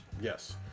Yes